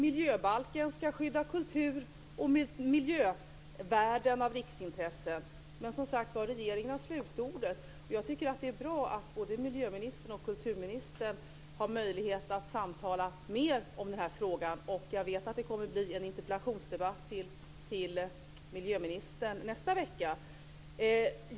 Miljöbalken ska skydda kultur och miljövärden av riksintresse, men som sagt: Regeringen har slutordet. Jag tycker att det är bra att både miljöministern och kulturministern har möjlighet att samtala mer om den här frågan. Jag vet också att det kommer att bli en interpellationsdebatt med miljöministern nästa vecka.